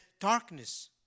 darkness